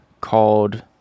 called